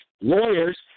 lawyers